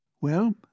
Well